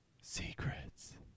Secrets